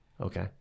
Okay